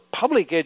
public